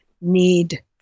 need